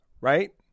right